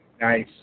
Nice